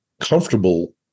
comfortable